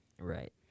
Right